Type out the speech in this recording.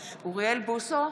(קוראת בשם חבר הכנסת) אוריאל בוסו,